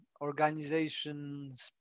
organizations